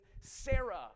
Sarah